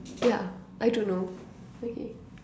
ya I don't know okay